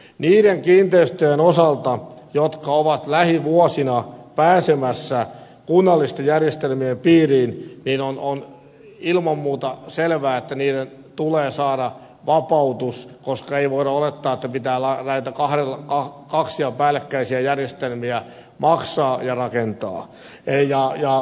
niiden kiinteistöjen osalta jotka ovat lähivuosina pääsemässä kunnallisten järjestelmien piiriin on ilman muuta selvää että niiden tulee saada vapautus koska ei voida olettaa että pitää näitä kaksia päällekkäisiä järjestelmiä maksaa ja rakentaa